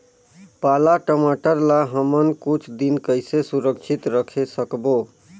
पाला टमाटर ला हमन कुछ दिन कइसे सुरक्षित रखे सकबो?